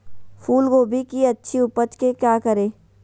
फूलगोभी की अच्छी उपज के क्या करे?